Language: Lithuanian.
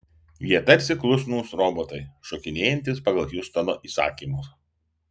jie tarsi klusnūs robotai šokinėjantys pagal hiustono įsakymus